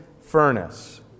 furnace